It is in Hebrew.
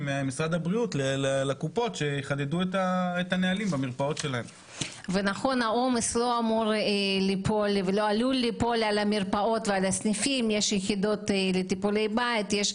שתי המרפאות הציעו ואמרו שיכולים לשלוח אלי צוות הביתה.